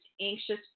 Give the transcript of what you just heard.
anxious